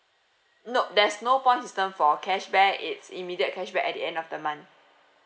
nope there's no point system for cashback it's immediate cashback at the end of the month